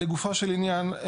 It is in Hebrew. לגופו של עניין,